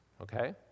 Okay